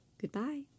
Goodbye